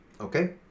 Okay